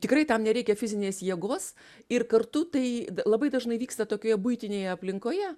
tikrai tam nereikia fizinės jėgos ir kartu tai labai dažnai vyksta tokioje buitinėje aplinkoje